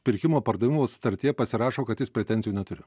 pirkimo pardavimo sutartyje pasirašo kad jis pretenzijų neturi